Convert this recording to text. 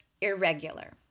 irregular